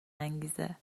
انگیزه